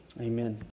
Amen